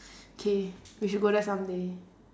K we should go there some day